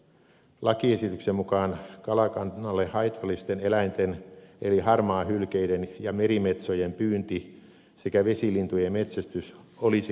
lakiesityksen mukaan kalakannalle haitallisten eläinten eli harmaahylkeiden ja merimetsojen pyynti sekä vesilintujen metsästys olisi kansallispuistossa mahdollista